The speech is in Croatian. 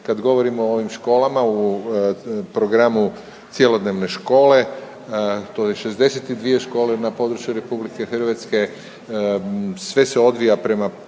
Kad govorimo o ovim školama, u programu cjelodnevne škole to je 62 škole na području RH, sve se odvija prema planu